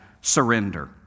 surrender